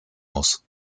muss